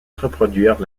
reproduire